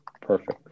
Perfect